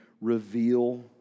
reveal